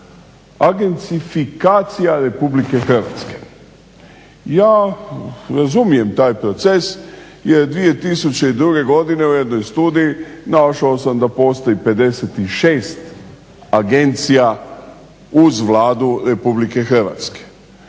agencifikacija RH. Ja razumijem taj proces jer 2002. godine u jednoj studiji našao sam da postoji 56 agencija uz Vladu RH.